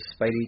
Spidey